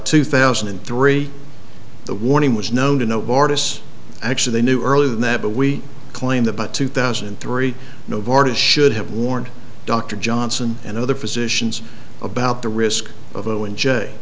two thousand and three the warning was known to no bardas actually they knew earlier than that but we claim that by two thousand and three novartis should have warned dr johnson and other physicians about the risk of o n j